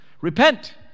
Repent